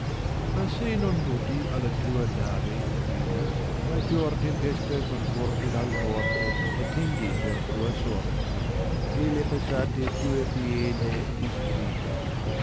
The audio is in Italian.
ma se non mnti alla toa nate guida maggior tempesta con fortanal morte attendi per tua sorte che le passate tue piene di strida